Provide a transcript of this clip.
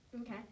Okay